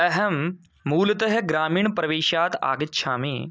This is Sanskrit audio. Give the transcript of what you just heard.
अहं मूलतः ग्रामीणप्रवेशात् आगच्छामि